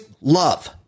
love